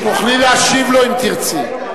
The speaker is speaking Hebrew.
תוכלי להשיב לו אם תרצי.